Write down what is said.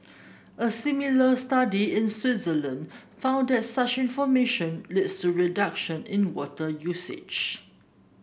a similar study in Switzerland found that such information leads to reduction in water usage